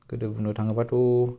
गोदो बुंनो थाङोब्लाथ'